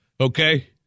Okay